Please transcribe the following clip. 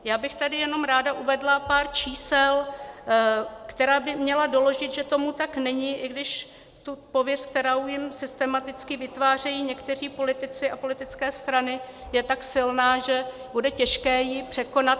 Já bych tady jenom ráda uvedla pár čísel, která by měla doložit, že tomu tak není, i když ta pověst, kterou jim systematicky vytvářejí někteří politici a politické strany, je tak silná, že bude těžké ji překonat.